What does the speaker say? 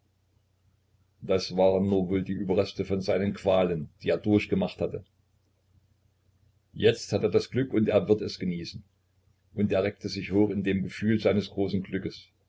das waren nur wohl die überreste von seinen qualen die er durchgemacht hatte jetzt hat er das glück und er wird es genießen und er reckte sich hoch in dem gefühle seines großen glückes